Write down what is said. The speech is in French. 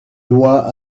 doigts